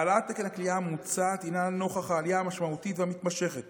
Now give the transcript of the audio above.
העלאת תקן הכליאה המוצעת הינה נוכח העלייה המשמעותית והמתמשכת